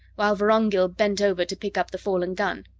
while vorongil bent over to pick up the fallen gun.